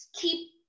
keep